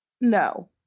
No